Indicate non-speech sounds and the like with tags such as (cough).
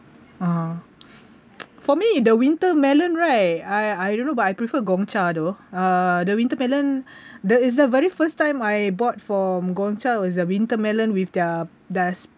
(uh huh) for me the winter melon right I I don't know but I prefer Gongcha though uh the winter melon (breath) the is the very first time I bought from Gongcha was the winter melon with their their